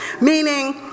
Meaning